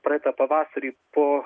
praeitą pavasarį po